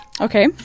Okay